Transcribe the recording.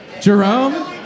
Jerome